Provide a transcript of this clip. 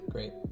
Great